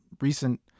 recent